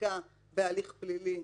בדיקה בהליך פלילי,